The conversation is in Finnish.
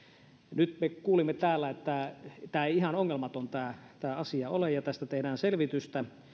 nyt me kuulimme täällä että tämä ei ihan ongelmaton asia ole ja tästä tehdään selvitystä